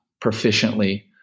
proficiently